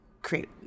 create